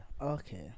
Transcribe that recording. okay